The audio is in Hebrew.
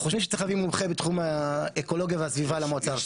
אנחנו חושבים שצריך להביא מומחה בתחום האקולוגיה והסביבה למועצה הארצית.